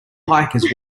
hikers